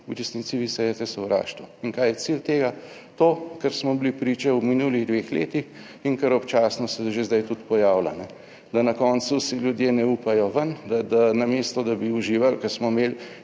V resnici vi sejete sovraštvo. In kaj je cilj tega? To, kar smo bili priče v minulih dveh letih in kar občasno se že zdaj tudi pojavlja, kajne, da na koncu si ljudje ne upajo ven, da namesto, da bi uživali, ker smo imeli